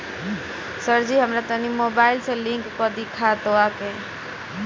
सरजी हमरा तनी मोबाइल से लिंक कदी खतबा के